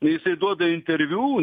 jisai duoda interviu